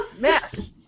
Mess